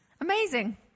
Amazing